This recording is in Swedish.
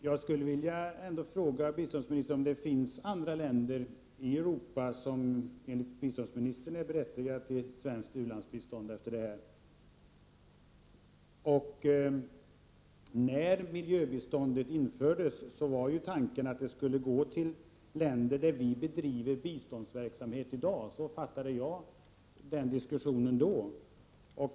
Jag vill ändå fråga biståndsministern om det efter detta förslag finns andra länder i Europa som enligt biståndsministerns mening är berättigade till ett svenskt u-landsbistånd. När miljöbiståndet infördes var tanken att det skulle gå till de länder där Sverige i dag bedriver biståndsverksamhet. Så uppfattade i varje fall jag den diskussion som fördes då.